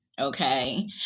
okay